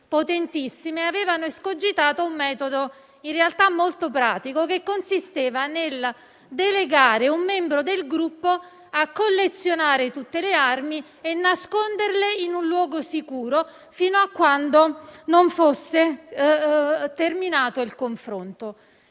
potentissime, avevano escogitato un metodo, in realtà molto pratico, che consisteva nel delegare un membro del gruppo a collezionare tutte le armi e nasconderle in un luogo sicuro fino a quando non fosse terminato il confronto.